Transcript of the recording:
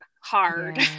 hard